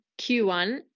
Q1